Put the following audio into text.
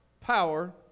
power